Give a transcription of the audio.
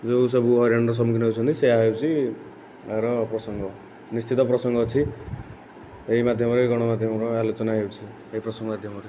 ଯେଉଁ ସବୁ ହଇରାଣର ସମ୍ମୁଖୀନ ହେଉଛନ୍ତି ସେଇଆ ହେଉଛି ଏହାର ପ୍ରସଙ୍ଗ ନିଶ୍ଚିତ ପ୍ରସଙ୍ଗ ଅଛି ଏଇ ମାଧ୍ୟମରେ ଗଣମାଧ୍ୟମର ଆଲୋଚନା ହେଉଛି ଏଇ ପ୍ରସଙ୍ଗ ମାଧ୍ୟମରେ